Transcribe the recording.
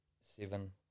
seven